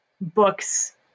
books